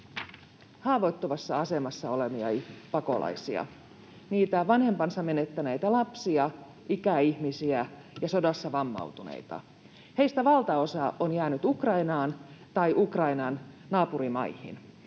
haavoittuvassa asemassa olevia pakolaisia, niitä vanhempansa menettäneitä lapsia, ikäihmisiä ja sodassa vammautuneita. Heistä valtaosa on jäänyt Ukrainaan tai Ukrainan naapurimaihin.